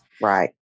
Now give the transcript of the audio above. Right